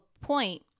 point